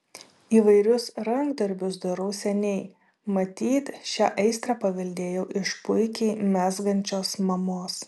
įvairius rankdarbius darau seniai matyt šią aistrą paveldėjau iš puikiai mezgančios mamos